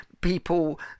people